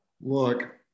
Look